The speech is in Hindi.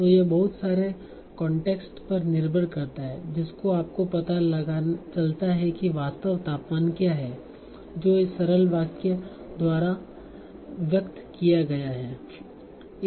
तो यह बहुत सारे कांटेक्स्ट पर निर्भर करता है जिससे आपको पता चलता है कि वास्तविक तापमान क्या है जो इस सरल वाक्य द्वारा व्यक्त किया गया है